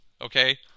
okay